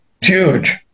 huge